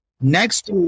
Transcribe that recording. Next